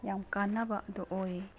ꯌꯥꯝ ꯀꯥꯟꯅꯕ ꯑꯗꯣ ꯑꯣꯏ